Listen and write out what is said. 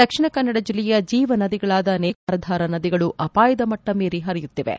ದಕ್ಷಿಣ ಕನ್ನಡ ಜಿಲ್ಲೆಯ ಜೀವ ನದಿಗಳಾದ ನೇತ್ರಾವತಿ ಕುಮಾರಧಾರ ನದಿಗಳು ಅಪಾಯದ ಮಟ್ಟ ಮೀರಿ ಹರಿಯುತ್ತಿವೆ